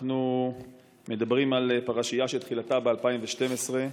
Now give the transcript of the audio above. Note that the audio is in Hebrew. אנחנו מדברים על פרשייה שהתחילה ב-2012,